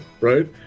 right